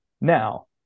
Now